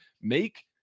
make